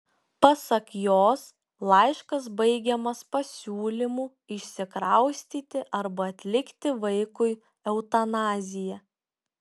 pasak jos laiškas baigiamas pasiūlymu išsikraustyti arba atlikti vaikui eutanaziją